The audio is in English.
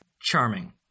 Charming